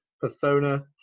Persona